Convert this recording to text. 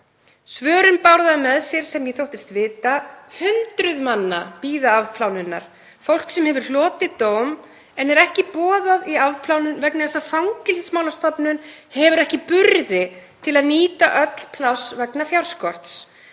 Svörin báru með sér það sem ég þóttist vita. Hundruð manna bíða afplánunar, fólk sem hefur hlotið dóm en er ekki boðað í afplánun vegna þess að Fangelsismálastofnun hefur ekki burði til að nýta öll pláss vegna fjárskorts.